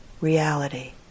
reality